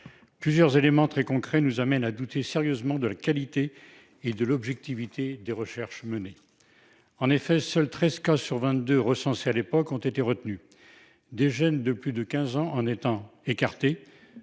Plusieurs éléments très concrets nous amènent à douter sérieusement de la qualité et de l'objectivité des recherches menées. En effet, seuls treize cas sur vingt-deux recensés à l'époque ont été retenus, les jeunes de plus de 15 ans en ayant été